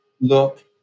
look